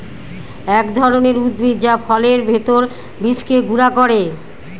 এক ধরনের উদ্ভিদ যা ফলের ভেতর বীজকে গুঁড়া করে